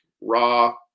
raw